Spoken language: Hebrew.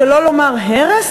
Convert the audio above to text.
שלא לומר הרס,